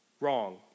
wrong